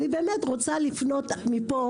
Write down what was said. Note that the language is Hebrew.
אני באמת רוצה לפנות מפה